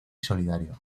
solidario